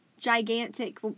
Gigantic